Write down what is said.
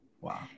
Wow